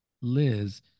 Liz